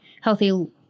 healthy